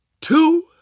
two